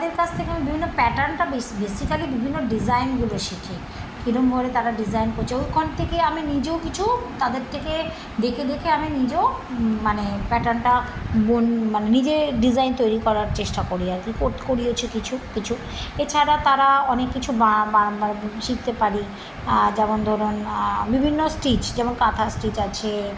তাদের কাছ থেকে আমি বিভিন্ন প্যাটার্নটা ব বেসিকালি বিভিন্ন ডিজাইনগুলো শিখি কীরমভাবে তারা ডিজাইন করছে ওইখান থেকে আমি নিজেও কিছু তাদের থেকে দেখে দেখে আমি নিজেও মানে প্যাটার্নটা বোন মানে নিজে ডিজাইন তৈরি করার চেষ্টা করি আর কি ক করিয়েছে কিছু কিছু এছাড়া তারা অনেক কিছু বা বা শিখতে পারি যেমন ধরুন বিভিন্ন স্টিচ যেমন কাঁথা স্টিচ আছে